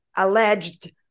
alleged